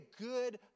good